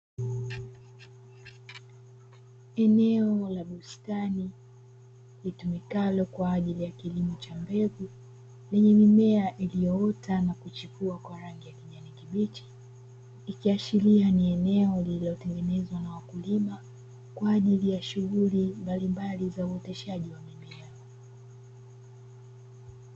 Eneo la bustani litumikalo kwa ajili ya kilimo cha mbegu, lenye mimea iliyoota na kuchipua kwa rangi ya kijani kibichi, ikiashiria ni eneo lililotengenezwa na wakulima, kwa ajili ya shughuli mbali mbali za uoteshaji wa mimea.